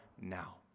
now